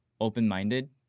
open-minded